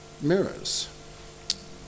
mirrors